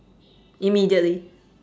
immediately